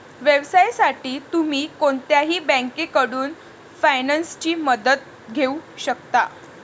व्यवसायासाठी तुम्ही कोणत्याही बँकेकडून फायनान्सची मदत घेऊ शकता